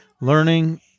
learning